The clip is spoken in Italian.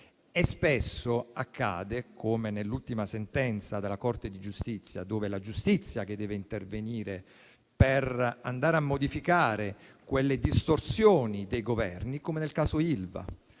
Spesso accade come nell'ultima sentenza della Corte di giustizia, in cui è la giustizia che deve intervenire per modificare le distorsioni dei Governi, e come nel caso Ilva,